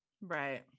Right